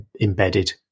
embedded